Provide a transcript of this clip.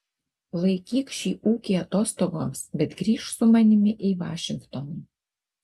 laikyk šį ūkį atostogoms bet grįžk su manimi į vašingtoną